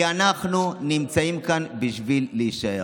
כי אנחנו נמצאים כאן בשביל להישאר.